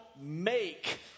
make